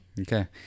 Okay